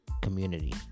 community